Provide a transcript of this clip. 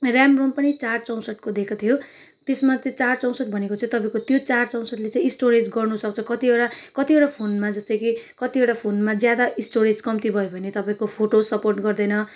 RAM ROM पनि चार चौसट्ठीको दिएको थियो त्यसमा त्यो चार चौसट्ठी भनेको चाहिँ तपाईँको त्यो चार चौसट्ठीले चाहिँ स्टोरेज गर्नुसक्छ कतिवटा कतिवटा फोनमा जस्तै कि कतिवटा फोनमा ज्यादा स्टोरेज कम्ती भयो भने तपाईँको फोटोज सपोर्ट गर्दैन